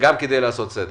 וגם לעשות צדק.